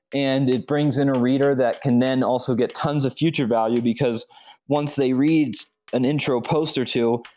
and it brings in a reader that can then also get tons of future value, because once they read an intro poster to,